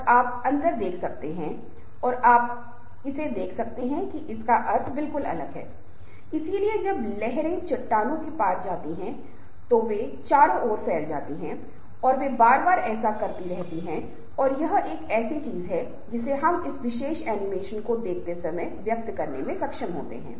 लेकिन सामाजिक अथवा भावनात्मक संबंधों में और व्यक्तियों के बीच पारस्परिक संघर्ष में उलझ सकते हैं क्योंकि यहां शुरुआत में लोगों के बहुत सारे विचार हो सकते हैं कुछ अजीब विचार हो सकते हैं बहुत सारे मतभेद भी आ सकते हैं वे एक दूसरे से सहमत नहीं भी हो सकते हैं